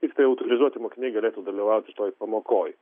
tiktai autorizuoti mokiniai galėtų dalyvauti toj pamokoj